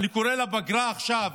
כך אני קורא לפגרה, עכשיו,